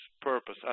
purpose